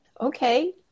okay